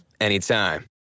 anytime